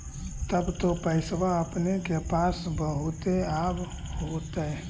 तब तो पैसबा अपने के पास बहुते आब होतय?